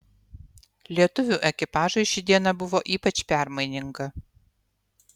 lietuvių ekipažui ši diena buvo ypač permaininga